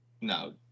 no